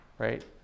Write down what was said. right